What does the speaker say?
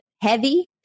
heavy